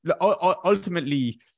Ultimately